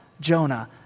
Jonah